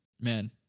man